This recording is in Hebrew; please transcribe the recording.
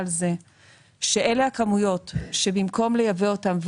על זה שאלו הכמויות שבמקום לייבא אותן,